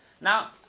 Now